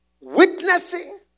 witnessing